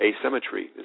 asymmetry